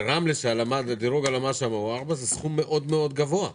ברמלה שבה דירוג הלמ"ס הוא 4 זה סכום גבוה מאוד.